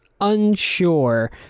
unsure